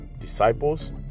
disciples